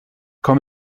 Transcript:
komm